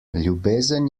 ljubezen